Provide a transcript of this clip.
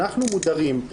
אנחנו מודרים,